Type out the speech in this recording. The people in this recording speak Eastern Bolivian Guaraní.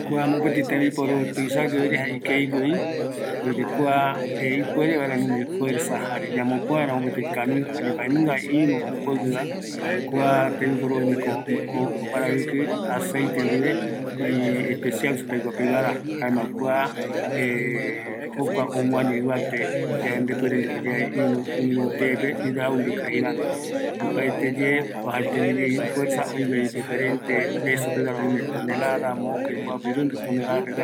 Kua tembiporu, gato jeiva, jae imbaepuereyeye, kua oupi mbae ipoɨ gue, kua ikavi vaera oparavɨkɨ, jaeko liquido hidraulica jeivandive, öime ou ipoɨete oupi vaera, ikaviyae kua tembiporu